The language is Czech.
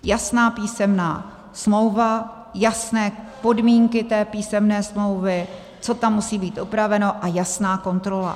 Jasná písemná smlouva, jasné podmínky té písemné smlouvy, co tam musí být upraveno, a jasná kontrola.